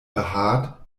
behaart